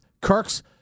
Kirk's